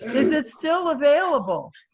is it still available?